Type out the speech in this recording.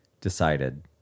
decided